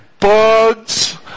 bugs